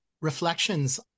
reflections